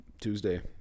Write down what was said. Tuesday